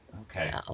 Okay